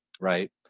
right